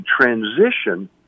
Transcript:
transition